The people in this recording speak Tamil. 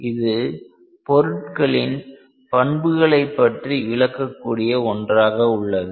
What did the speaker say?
இது பொருட்களின் பண்புகளைப் பற்றி விளக்கக் கூடிய ஒன்றாக உள்ளது